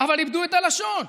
אבל איבדו את הלשון.